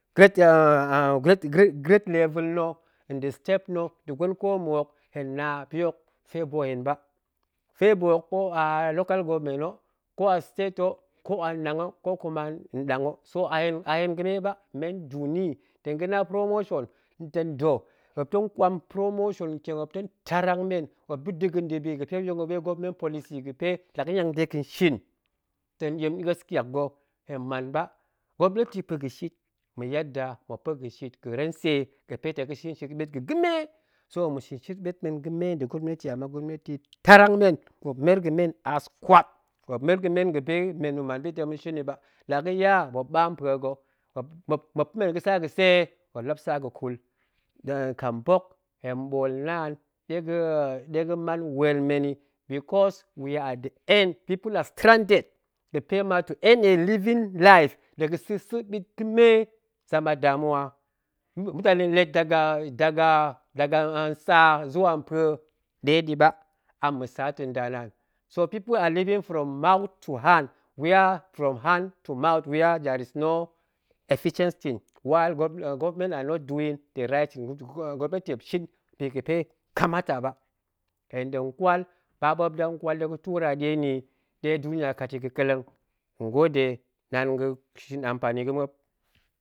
Grade level na̱ nda̱ step na̱ nda̱ gwen ko mma̱ hok hen na bi hok favour hen ba, favour hok ko a local government ho, ko kuma nnang ho, so a hen ga̱me ba men nduni, tong ga̱ na promotion tong da̱, muop tong kwam promotion ntieem, muop tong tarang men muop ba̱ da̱ga̱an da̱bi ga̱pe yong ga̱pe government policy ga̱pe la ga̱niang dega̱n shin tong ɗiem a̱es ntyak ga̱, hen man ba gwopneti pa̱ ga̱shit, ma̱ yad da muop pa̱ga̱ shit, ga̱ rentse ga̱pe ta̱ ga shin shit ga̱ɓet ga̱ ga̱me, so ma̱shin shit ga̱ɓet men gəme nda gwopneti ama gwopnati tarang men muop, muop mer ga̱ men aas kwat, muop mer ga̱men ga̱pe men ma̱man bi ɗe men ta̱ ma̱shin yi ba, la ga̱ ya muop baam mpue ga̱ muop, muop, muop, muoppa̱ men a ga̱tsa ga̱tsee, muop lap ga̱tsa ga̱kul, nkambok hen ɓoolnan ɗega̱ an ɗega̱ man weel men yi, because we are the end people a strandard, ga̱pe ma to earn a living life, dega̱ sa̱ sa̱ ɓit ga̱me, zama damuwa mutani lee daga, daga, daga ntsa zuwa mpue nɗeɗi ba, a mma̱ tsa ta̱ nda naan, so people are living from mouth to hand, were from hand to mouth were there no efficient things, while government are not doing the right thing, gwopneti muop shin bi ga̱pe kamata ba, hen tong kwal ba ɓop dang kwal ɗegu tura ɗie niyi, ɗee duniya ga̱kat yi ga̱ kelleng, hen gode naan ga̱shin ampa̱ni ga̱ muop